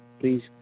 Please